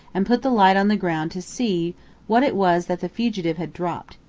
and put the light on the ground to see what it was that the fugitive had dropped.